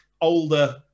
older